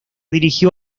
dirigió